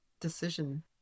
decision